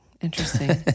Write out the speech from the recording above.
Interesting